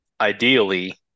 Ideally